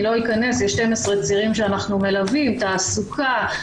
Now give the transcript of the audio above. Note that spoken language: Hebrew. לא אכנס יש 12 צירים שאנחנו מלווים: תעסוקה,